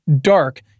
dark